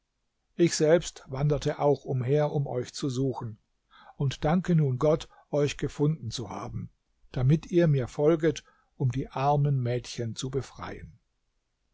ich selbst wanderte auch umher um euch zu suchen und danke nun gott euch gefunden zu haben damit ihr mir folget um die armen mädchen zu befreien